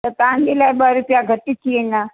त तव्हांजे लाइ ॿ रुपया घटि थी वेंदा